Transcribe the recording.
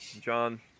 John